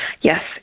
Yes